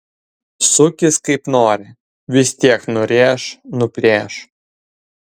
sukis kaip nori vis tiek nurėš nuplėš